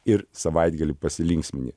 ir savaitgalį pasilinksmini